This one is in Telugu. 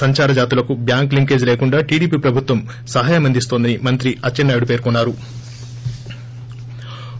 సంచార జాతులకు బ్యాంక్ లింకేజ్ లేకుండా టీడీపీ ప్రభుత్వం సహాయం అందిన్తోందని మంత్రి అచ్చెన్నా యుడు పేర్కొన్సారు